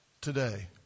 Today